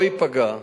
לא ייפגע,